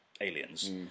aliens